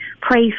pray